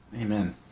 Amen